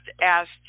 asked